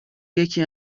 یکی